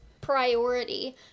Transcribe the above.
priority